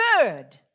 good